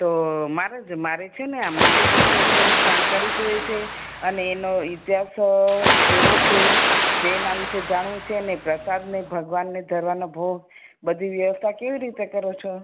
તો મહારાજ મારે છે ને આ મંદિર વિશે થોડીક જાણકારી જોઇએ છે અને એનો ઈતિહાસ કેવો છે તેના વિશે જાણવું છે અને પ્રસાદ ને ભગવાનને ધરવાનો ભોગ બધી વ્યવસ્થા કેવી રીતે કરો છો